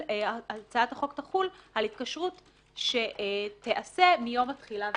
הצעת החוק תחול על התקשרות שתיעשה מיום התחילה ואילך.